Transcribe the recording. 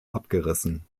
abgerissen